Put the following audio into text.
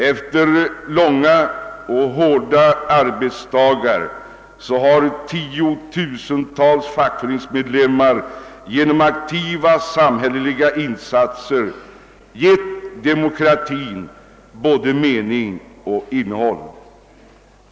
Efter långa och hårda arbetsdagar har tiotusentals fackföreningsmedlemmar genom aktiva samhälleliga insatser givit demokratin både mening och innehåll.